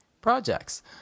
projects